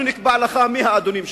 אנחנו נקבע לך מי האדונים שלך.